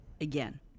again